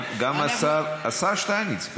גם השר שטייניץ פה.